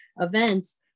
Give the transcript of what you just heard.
events